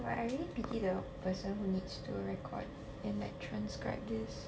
but I really pity the person who needs to record and transcribe this